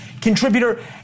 contributor